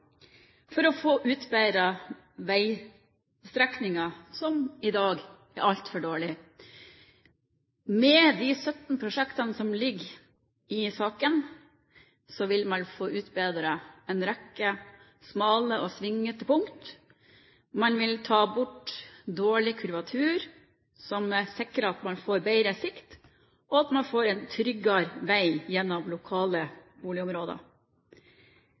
for å få utbedret veistrekninger som i dag er altfor dårlige. Med de 17 prosjektene som ligger i saken, vil man få utbedret en rekke smale og svingete punkt. Man vil ta bort dårlig kurvatur, som sikrer at man får bedre sikt, og at man får en tryggere vei gjennom lokale boligområder.